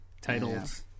titles